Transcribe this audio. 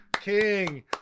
King